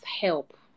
help